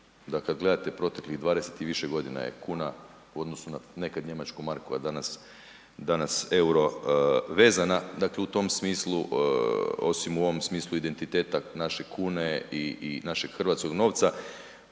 da kad gledate proteklih 20 i više godina je kuna, u odnosu na nekad njemačku marku, a danas euro vezana dakle u tom smislu, osim u ovom smislu identiteta naše kune i našeg hrvatskog novca,